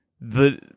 the-